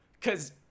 Cause